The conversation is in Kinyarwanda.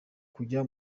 kujya